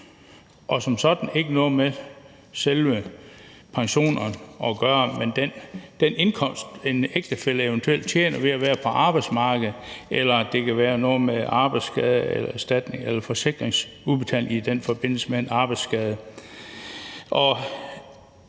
har som sådan ikke noget med pensionen at gøre, men med den indkomst, en ægtefælle eventuelt tjener ved at være på arbejdsmarkedet, eller det kan være noget med en forsikringsudbetaling i forbindelse med en arbejdsskade.